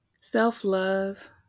self-love